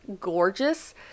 gorgeous